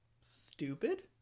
stupid